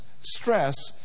stress